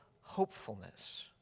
hopefulness